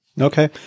Okay